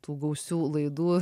tų gausių laidų